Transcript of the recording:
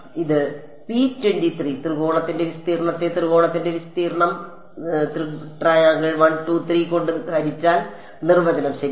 ഇത് ത്രികോണത്തിന്റെ വിസ്തീർണ്ണത്തെ ത്രികോണത്തിന്റെ വിസ്തീർണ്ണം കൊണ്ട് ഹരിച്ചാൽ നിർവചനം ശരിയാണ്